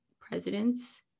presidents